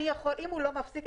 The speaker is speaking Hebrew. אם הוא לא מפסיק,